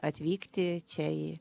atvykti čia į